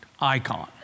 icon